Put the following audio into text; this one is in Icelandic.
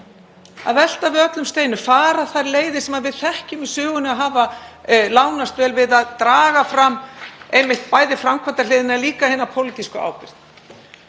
að velta við öllum steinum, fara þær leiðir sem við þekkjum úr sögunni að hafa lánast vel við að draga fram bæði framkvæmdahliðina og hina pólitísku ábyrgð?